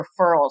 referrals